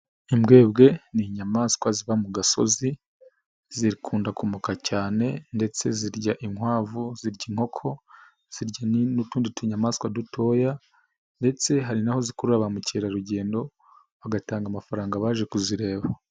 Imbwebwe n'inyamaswa ziba mu gasozi, zikunda kumoka cyane ndetse zirya inkwavu, zirya inkoko, zirya n'utundi tuyamaswa dutoya ndetse hari naho zikurura ba mukerarugendo bagatanga amafaranga baje kuzireba.